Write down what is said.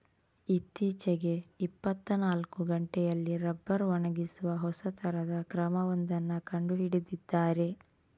ಇತ್ತೀಚೆಗೆ ಇಪ್ಪತ್ತನಾಲ್ಕು ಗಂಟೆಯಲ್ಲಿ ರಬ್ಬರ್ ಒಣಗಿಸುವ ಹೊಸ ತರದ ಕ್ರಮ ಒಂದನ್ನ ಕಂಡು ಹಿಡಿದಿದ್ದಾರೆ